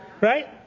Right